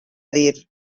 dir